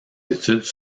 études